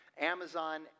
Amazon